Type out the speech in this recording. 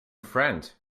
friend